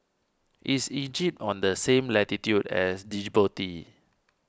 is Egypt on the same latitude as Djibouti